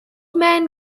man